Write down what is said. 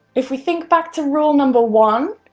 if we think back to rule number one,